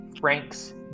Frank's